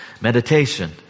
meditation